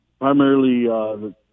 primarily